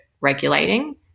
regulating